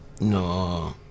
No